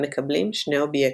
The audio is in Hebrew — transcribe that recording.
המקבלים שני אובייקטים.